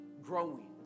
growing